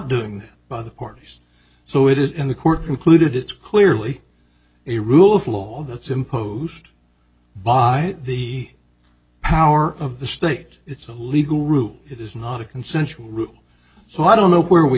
doing by the parties so it is in the court concluded it's clearly a rule of law that's imposed by the power of the state it's a legal route it is not a consensual rule so i don't know where we